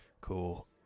Cool